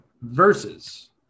versus